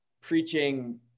preaching